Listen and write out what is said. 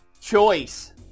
choice